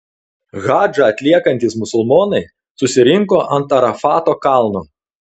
hadžą atliekantys musulmonai susirinko ant arafato kalno